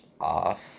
off